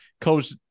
coach